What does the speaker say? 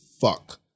fuck